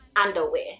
underwear